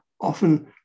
often